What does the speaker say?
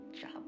job